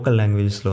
language